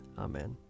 Amen